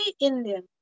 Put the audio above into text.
Indian